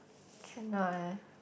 cannot eh